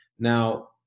Now